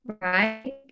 Right